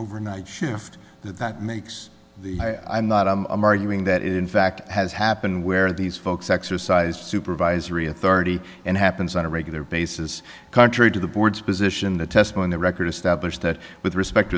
overnight shift that makes the i'm not i'm arguing that in fact has happened where these folks exercised supervisory authority and happens on a regular basis contrary to the board's position the test on the record established that with respect